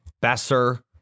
Besser